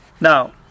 now